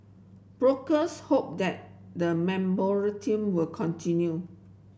brokers hope that the will continue